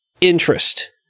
interest